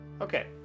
Okay